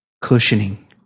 Cushioning